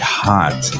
hot